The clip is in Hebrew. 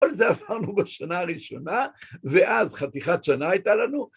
‫כל זה עברנו בשנה הראשונה, ‫ואז חתיכת שנה הייתה לנו.